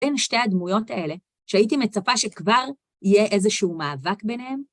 בין שתי הדמויות האלה שהייתי מצפה שכבר יהיה איזשהו מאבק ביניהן.